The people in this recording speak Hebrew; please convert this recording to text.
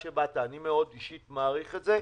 כשהיו פה דיונים על היציאה לחו"ל, לא אהבנו את זה.